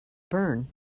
burn